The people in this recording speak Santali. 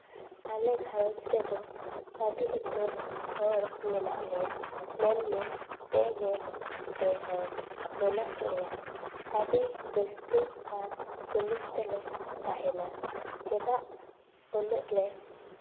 ᱟᱞᱮ ᱜᱷᱟᱨᱚᱸᱡᱽ ᱨᱮᱫᱚ ᱟᱹᱰᱤ ᱩᱛᱟᱹᱨ ᱦᱚᱲ ᱢᱮᱱᱟᱜ ᱞᱮᱭᱟ ᱢᱮᱱᱢᱮ ᱯᱮ ᱜᱮᱞ ᱯᱮ ᱦᱚᱲ ᱢᱮᱱᱟᱜ ᱞᱮᱭᱟ ᱟᱹᱰᱤ ᱨᱟᱹᱥᱠᱟᱹ ᱟᱨ ᱥᱩᱞᱩᱠ ᱛᱮᱞᱮ ᱛᱟᱦᱮᱱᱟ ᱪᱮᱫᱟᱜ ᱩᱱᱟᱹᱜ ᱞᱮ